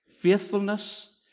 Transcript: faithfulness